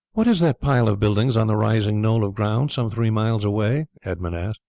what is that pile of buildings on the rising knoll of ground some three miles away? edmund asked.